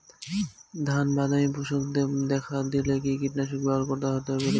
ধানে বাদামি শোষক পোকা দেখা দিলে কি কীটনাশক ব্যবহার করতে হবে?